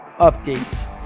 updates